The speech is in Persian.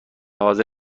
حاضر